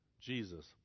Jesus